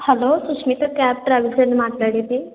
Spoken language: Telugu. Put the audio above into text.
హలో సుష్మిత క్యాబ్ ట్రావెల్స్ అండి మాట్లాడేది